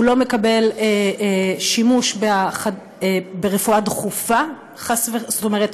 שהוא לא מקבל שימוש ברפואה דחופה, זאת אומרת